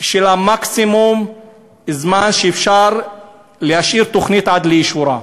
של מקסימום הזמן שאפשר להשאיר תוכנית עד לאישורה.